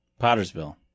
Pottersville